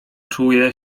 czuje